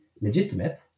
legitimate